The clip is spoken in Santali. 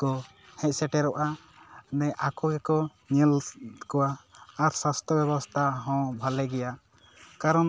ᱠᱚ ᱦᱮᱡ ᱥᱮᱴᱮᱨᱚᱜᱼᱟ ᱟᱠᱚ ᱜᱮᱠᱚ ᱧᱮᱞ ᱠᱚᱣᱟ ᱟᱨ ᱥᱟᱥᱛᱷᱚ ᱵᱮᱵᱚᱥᱛᱷᱟ ᱦᱚᱸ ᱵᱷᱟᱞᱮ ᱜᱮᱭᱟ ᱠᱟᱨᱚᱱ